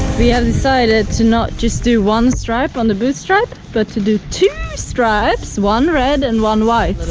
we have decided to not just do one stripe on the boot stripe but to do two stripes one red and one white.